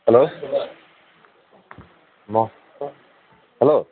hello hello